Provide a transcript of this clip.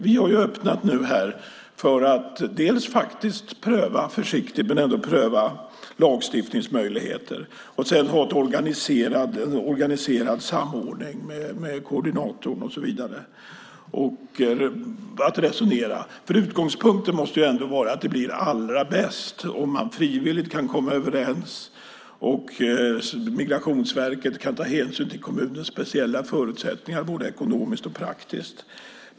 Vi har öppnat för att försiktigt pröva lagstiftningsmöjligheter och att ha en organiserad samordning med koordinator och så vidare och att resonera. Utgångspunkten måste ändå vara att det blir allra bäst om man frivilligt kan komma överens och Migrationsverket kan ta hänsyn till kommunens speciella förutsättningar både ekonomiskt och praktiskt.